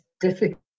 difficult